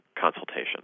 consultation